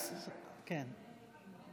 אין מתנגדים או נמנעים.